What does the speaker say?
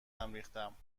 ریختم